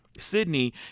Sydney